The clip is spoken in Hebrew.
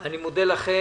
מי נמנע?